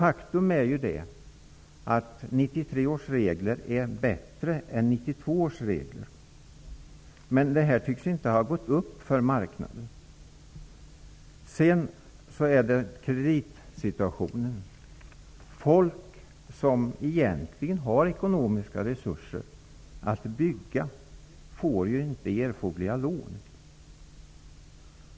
Faktum är att 1993 års regler är bättre än 1992 års regler, men det tycks inte ha gått upp för marknaden. En annan orsak är kreditsituationen. Folk som egentligen har ekonomiska resurser för att bygga får inte erforderliga lån.